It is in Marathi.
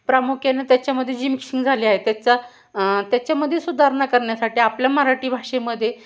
प्रामुख्यानं त्याच्यामध्ये जी मिक्सिंग झाली आहे त्याचा त्याच्यामध्ये सुधारणा करण्यासाठी आपल्या मराठी भाषेमध्ये